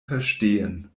verstehen